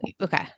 okay